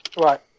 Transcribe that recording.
Right